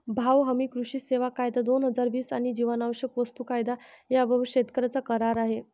भाव हमी, कृषी सेवा कायदा, दोन हजार वीस आणि जीवनावश्यक वस्तू कायदा याबाबत शेतकऱ्यांचा करार आहे